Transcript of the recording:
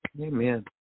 Amen